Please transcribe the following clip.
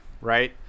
right